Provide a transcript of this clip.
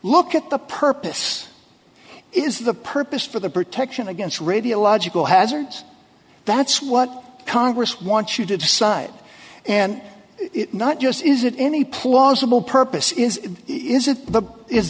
look at the purpose is the purpose for the protection against radiological hazards that's what congress wants you to decide and not just is it any plausible purpose is is